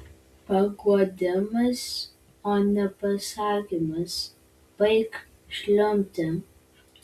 paguodimas o ne pasakymas baik žliumbti